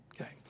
Okay